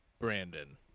Brandon